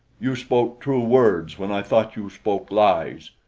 you spoke true words when i thought you spoke lies.